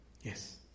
Yes